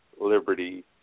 liberty